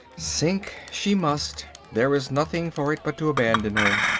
sink she must. there is nothing for it but to abandon her.